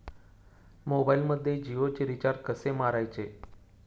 मोबाइलमध्ये जियोचे रिचार्ज कसे मारायचे?